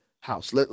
house